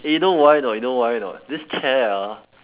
eh you know why or not you know why or not this chair ah